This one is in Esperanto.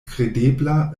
kredebla